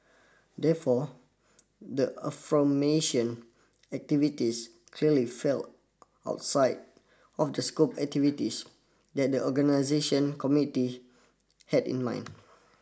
therefore the activities clearly fell outside of the scope activities that the organisation committee had in mind